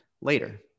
later